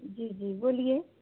जी जी बोलिए